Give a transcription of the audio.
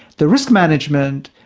the risk management,